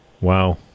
Wow